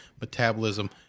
metabolism